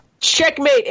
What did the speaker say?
Checkmate